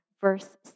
verse